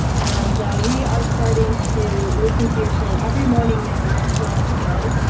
and we are starting to listen to your show every morning now, we're in toronto.